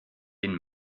den